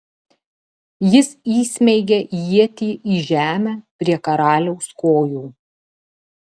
jis įsmeigia ietį į žemę prie karaliaus kojų